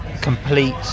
complete